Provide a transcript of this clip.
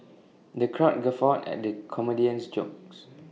the crowd guffawed at the comedian's jokes